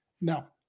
No